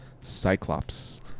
Cyclops